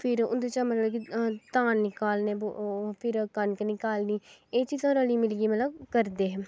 फिर उंदे चा मतलब कि धान निकालने ओह् फिर कनक निकालनी एह् चीजां रली मिलियै मतलब करदे हे